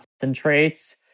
concentrates